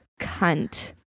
cunt